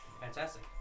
fantastic